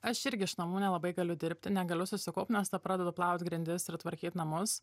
aš irgi iš namų nelabai galiu dirbti negaliu susikaupt nes pradedu plaut grindis ir tvarkyt namus